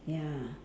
ya